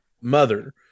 mother